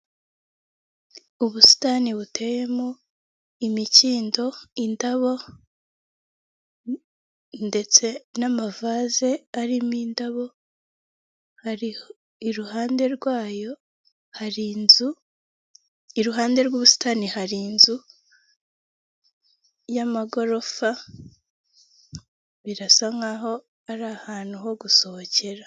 Ubusitani buteyemo imikindo, indabo ndetse n'amavase, arimo indabo, iruhande rwayo hari inzu, iruhande rw'ubusitani hari inzu y'amagorofa birasa nkaho ari ahantu ho gusohokera.